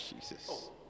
Jesus